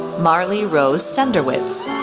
marlee rose senderowitz,